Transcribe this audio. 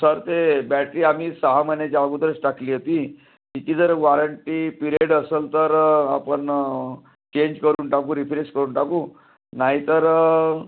sir ते battery आम्ही सहा महिन्याच्या अगोदरच टाकली होती तिची जर वॉरंटी पिरेड असंल तर आपण चेंज करून टाकू रिफ्रेश करून टाकू नाही तर